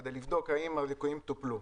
כדי לבדוק האם הליקויים טופלו.